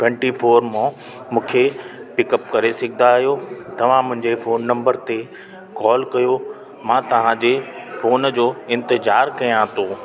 twenty four मां मूंखे pick up करे सघंदा आहियो तव्हां मुंहिंजे फोन नंबर ते कॉल कयो मां तहांजे फोन जो इंतिजार कयां थो